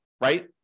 right